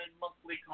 monthly